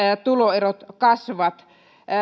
tuloerot kasvavat